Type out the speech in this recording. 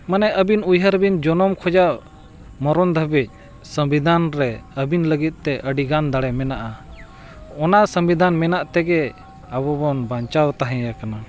ᱢᱟᱱᱮ ᱟᱹᱵᱤᱱ ᱩᱭᱦᱟᱹᱨ ᱵᱤᱱ ᱡᱚᱱᱚᱢ ᱠᱷᱚᱡᱟᱜ ᱢᱚᱨᱚᱱ ᱫᱷᱟᱹᱵᱤᱡ ᱥᱚᱝᱵᱤᱫᱷᱟᱱ ᱨᱮ ᱟᱹᱵᱤᱱ ᱞᱟᱹᱜᱤᱫ ᱛᱮ ᱟᱹᱰᱤ ᱜᱟᱱ ᱫᱟᱲᱮ ᱢᱮᱱᱟᱜᱼᱟ ᱚᱱᱟ ᱥᱚᱝᱵᱤᱫᱷᱟᱱ ᱢᱮᱱᱟᱜ ᱛᱮᱜᱮ ᱟᱵᱚ ᱵᱚᱱ ᱵᱟᱧᱪᱟᱣ ᱛᱟᱦᱮᱸᱭᱟᱠᱟᱱᱟ